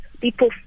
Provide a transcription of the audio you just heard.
people